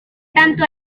tanto